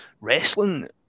wrestling